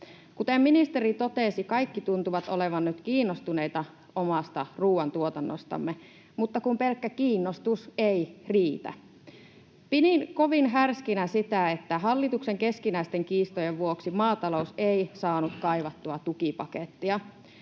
Kuten ministeri totesi, kaikki tuntuvat olevan nyt kiinnostuneita omasta ruoantuotannostamme, mutta kun pelkkä kiinnostus ei riitä. Pidin kovin härskinä sitä, että hallituksen keskinäisten kiistojen vuoksi maatalous ei saanut kaivattua tukipakettia.